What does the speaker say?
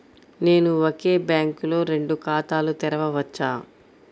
నేను ఒకే బ్యాంకులో రెండు ఖాతాలు తెరవవచ్చా?